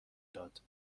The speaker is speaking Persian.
داد